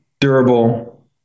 durable